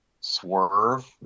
swerve